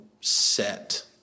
set